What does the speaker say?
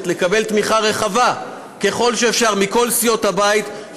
לקבל תמיכה רחבה ככל שאפשר מכל סיעות הבית,